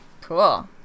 Cool